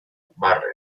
warren